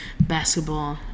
basketball